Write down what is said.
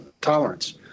tolerance